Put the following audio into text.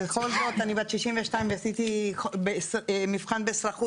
בכל זאת אני בת 65 ועשיתי מבחן באזרחות